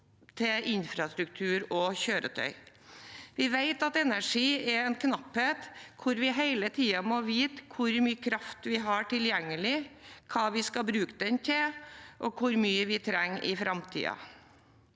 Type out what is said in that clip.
til infrastruktur og kjøretøy. Vi vet at energi er en knapphet, og at vi hele tiden må vite hvor mye kraft vi har tilgjengelig, hva vi skal bruke den til, og hvor mye vi trenger i framtiden.